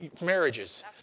marriages